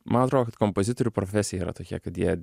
man atrodo kad kompozitorių profesija yra tokia kad jie